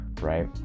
right